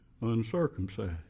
uncircumcised